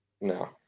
No